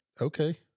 okay